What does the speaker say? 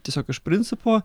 tiesiog iš principo